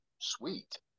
Sweet